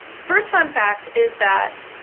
first fun fact is that,